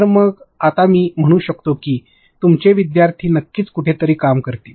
तर आता मी म्हणू शकतो की तुमचे विद्यार्थी नक्कीच कुठेतरी काम करतील